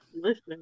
Listen